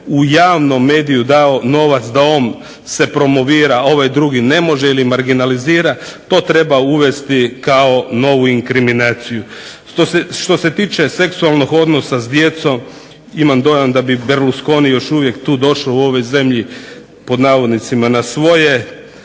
u javnom mediju dao novac da se on promovira, ovaj drugi ne može ili marginalizira to treba uvesti kao novu inkriminaciju. Što se tiče seksualnog odnosa s djecom imam dojam da bi Berlusconi još uvije tu došao u ovoj zemlji "na svoje".